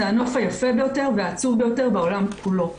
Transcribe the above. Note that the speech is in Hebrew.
זה הנוף היפה ביותר והעצוב ביותר בעולם כולו.